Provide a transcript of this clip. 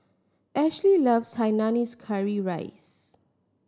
Ashely loves Hainanese curry rice